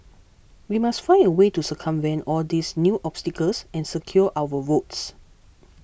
we must find a way to circumvent all these new obstacles and secure our votes